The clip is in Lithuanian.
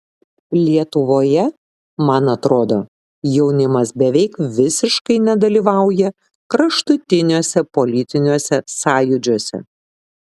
lietuvoje man atrodo jaunimas beveik visiškai nedalyvauja kraštutiniuose politiniuose sąjūdžiuose